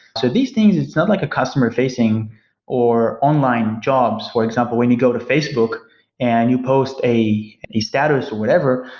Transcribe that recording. so these things, it's not like a customer-facing or online jobs. for example, when you go to facebook and you post a a status or whatever,